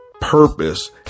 purpose